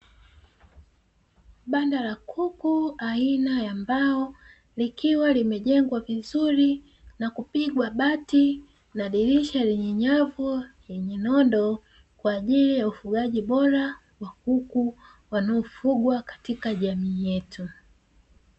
Banda la kuku aina ya mbao likiwa limejengwa vizuri na kupigwa bati na dirisha lenye nyavu lenye nondo kwaajili ya ufugaji bora wa kuku wanaofugwa katika jamii yetu.